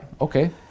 Okay